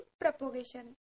propagation